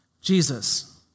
Jesus